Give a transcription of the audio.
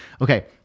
Okay